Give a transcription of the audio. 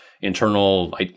internal